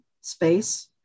space